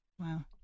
Wow